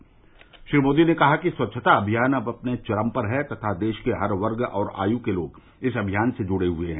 श्री नरेन्द्र मोदी ने कहा कि स्वच्छता अभियान अब चरम पर है तथा देश के हर वर्ग और आयु के लोग इस अभियान से जुड़े हुए हैं